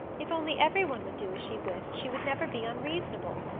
if only everyone would do as she wished she would never be unreasonable.